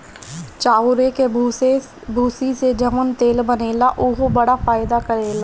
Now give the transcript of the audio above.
चाउरे के भूसी से जवन तेल बनेला उहो बड़ा फायदा करेला